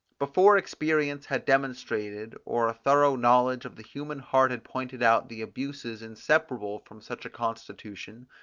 before experience had demonstrated, or a thorough knowledge of the human heart had pointed out, the abuses inseparable from such a constitution,